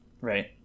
Right